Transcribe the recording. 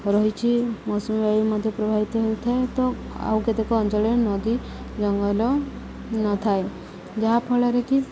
ରହିଛି ମୌସୁମୀ ବାୟୁ ମଧ୍ୟ ପ୍ରଭାବିତ ହେଉଥାଏ ତ ଆଉ କେତେକ ଅଞ୍ଚଳରେ ନଦୀ ଜଙ୍ଗଲ ନଥାଏ ଯାହାଫଳରେ କି